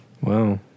Wow